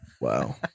Wow